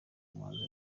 umwanzuro